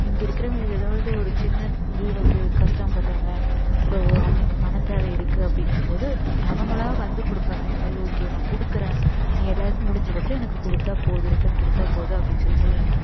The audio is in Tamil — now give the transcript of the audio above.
இங்கே இருக்கிறவங்க ஏதாவது ஒரு சின்ன இது வந்து கஷ்டப்படுறாங்க இப்போ வோ அமௌ பணத்தேவை இருக்குது அப்படிங்கிம்போது அவர்களா வந்து கொடுப்பாங்க இந்த மாதிரி ஓகே நான் கொடுக்கறேன் நீ எல்லா இதுவும் முடிஞ்சக்கப்புறோம் எனக்கு கொடுத்தா போதும் ரிட்டன் கொடுத்தா போதும் அப்படின்னு சொல்லி சொல்லுவாங்க